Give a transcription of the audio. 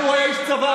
כי הוא היה איש צבא,